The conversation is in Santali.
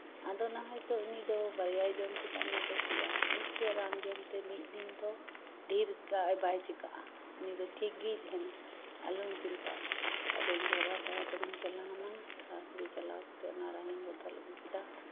ᱟᱫᱚ ᱱᱟ ᱦᱚᱭᱛᱳ ᱩᱱᱤ ᱫᱚ ᱵᱟᱨᱭᱟᱭ ᱡᱚᱢ ᱠᱮᱫᱟ ᱱᱩᱭ ᱫᱚ ᱯᱮᱭᱟ ᱢᱤᱫᱴᱮᱱ ᱨᱟᱱ ᱡᱚᱢᱛᱮ ᱢᱤᱫ ᱫᱤᱱ ᱫᱚ ᱰᱷᱮᱨ ᱠᱟᱱᱟ ᱟᱨ ᱵᱟᱭ ᱪᱤᱠᱟᱹᱜᱼᱟ ᱱᱩᱭ ᱫᱚ ᱴᱷᱤᱠ ᱜᱮᱭ ᱛᱟᱦᱮᱸᱱᱟ ᱟᱞᱚᱢ ᱪᱤᱱᱛᱟᱹᱜᱼᱟ ᱟᱫᱚ ᱤᱧ ᱫᱚ ᱟᱵᱟᱨ ᱛᱟᱲᱟ ᱛᱟᱹᱲᱤᱧ ᱪᱟᱞᱟᱣ ᱮᱱᱟ ᱛᱟᱲᱟᱛᱟᱹᱲᱤ ᱪᱟᱞᱟᱣ ᱠᱟᱛᱮᱫ ᱚᱱᱟ ᱨᱟᱱᱤᱧ ᱵᱚᱫᱚᱞ ᱟᱹᱜᱩ ᱠᱮᱫᱟ